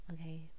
okay